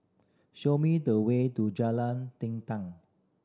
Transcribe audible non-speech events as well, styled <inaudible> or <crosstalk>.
show me the way to Jalan <unintelligible>